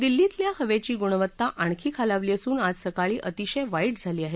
दिल्लीतल्या हवेची गुणवत्ता आणखी खालावली असून आज सकाळी अतिशय वाईट झाली आहे